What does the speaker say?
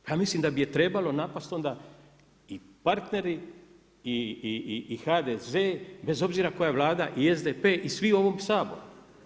Ja mislim da bi je trebalo napasti onda i partneri i HDZ bez obzira koja vlada, i SDP, i svi u ovom Saboru.